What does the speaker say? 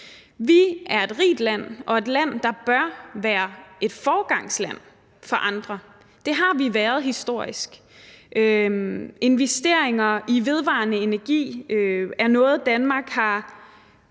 Vi er et rigt land og et land, der bør være et foregangsland for andre. Det har vi været historisk. Investeringer i vedvarende energi er noget, Danmark har